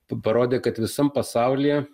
parodė kad visam pasaulyje